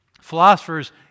Philosophers